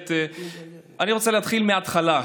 אני רוצה להתחיל מהתחלה.